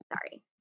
sorry